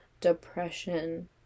depression